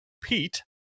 Pete